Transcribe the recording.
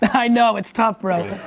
but i know it's tough bro.